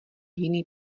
jiný